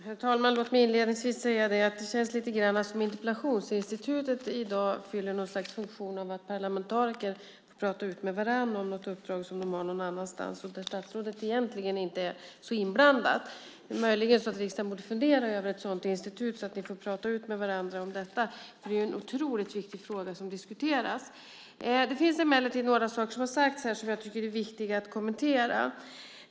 Herr talman! Låt mig inledningsvis säga att det känns lite grann som att interpellationsinstitutet i dag fyller något slags funktion av att parlamentariker får prata ut med varandra om något uppdrag som de har någon annanstans och där statsrådet egentligen inte är så inblandat. Möjligen borde riksdagen fundera över ett sådant institut så att ni får prata ut med varandra om detta, för det är ju en otroligt viktig fråga som diskuteras. Det finns emellertid några saker som har sagts här som jag tycker är viktiga att kommentera.